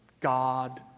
God